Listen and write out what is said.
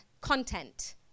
content